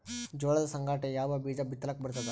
ಜೋಳದ ಸಂಗಾಟ ಯಾವ ಬೀಜಾ ಬಿತಲಿಕ್ಕ ಬರ್ತಾದ?